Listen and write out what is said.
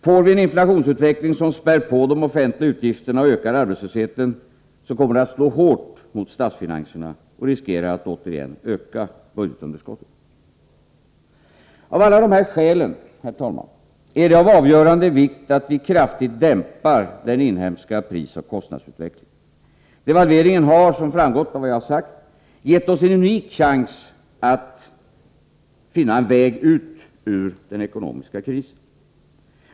Får vi en inflationsutveckling som spär på de offentliga utgifterna och ökar arbetslösheten, kommer det att slå hårt mot statsfinanserna, och vi riskerar återigen ett ökat budgetunderskott. Av alla dessa skäl, herr talman, är det av avgörande vikt att vi kraftigt dämpar den inhemska prisoch kostnadsutvecklingen. Devalveringen har, som framgått av vad jag här har sagt, gett oss en unik chans att finna en väg ut ur den ekonomiska krisen.